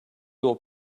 will